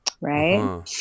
right